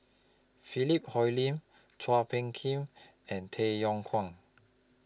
Philip Hoalim Chua Phung Kim and Tay Yong Kwang